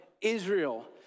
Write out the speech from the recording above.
Israel